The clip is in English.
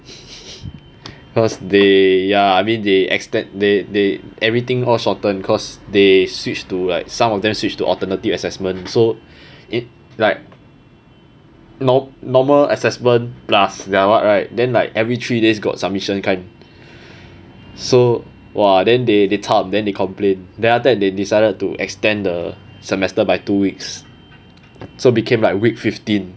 cause they ya I mean they extend they they everything all shorten cause they switched to like some of them switched to alternative assessment so it like nor~ normal assessment plus that [one] what right then like every three days got submission kind so !wah! then they they then they complain then after that they decided to extend the semester by two weeks so became like week fifteen